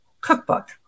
cookbook